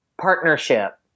partnership